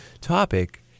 topic